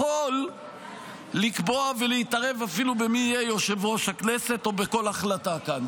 יכול לקבוע ולהתערב אפילו במי יהיה יושב-ראש הכנסת או בכל החלטה כאן.